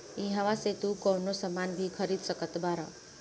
इहवा से तू कवनो सामान भी खरीद सकत बारअ